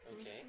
Okay